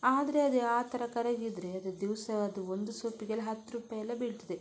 ಆದರೆ ಅದು ಆ ಥರ ಕರಗಿದರೆ ಅದು ದಿವಸ ಅದು ಒಂದು ಸೋಪಿಗೆಲ್ಲ ಹತ್ತು ರೂಪಾಯಿ ಎಲ್ಲ ಬೀಳ್ತದೆ